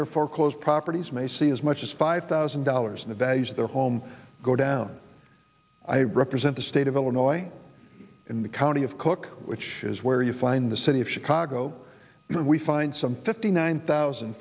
near foreclosed properties may see as much as five thousand dollars in the values of their home go down i represent the state of illinois in the county of cook which is where you find the city of chicago where we find some fifty nine thousand